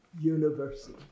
University